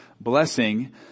Blessing